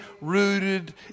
rooted